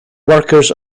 workers